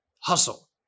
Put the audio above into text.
hustle